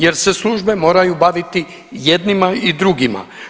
Jer se službe moraju baviti jednima i drugima.